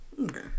Okay